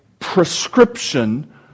prescription